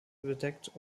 bedeckt